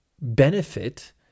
benefit